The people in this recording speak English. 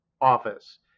office